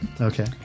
Okay